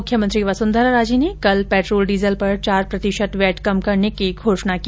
मुख्यमंत्री वसुन्धरा राजे ने कल पेट्रोल डीजल पर चार प्रतिशत वैट कम करने की घोषणा की